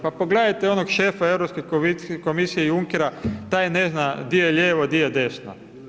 Pa pogledajte onog šefa Europske komisije, Junkera, taj ne zna di je ljevo, di je desno.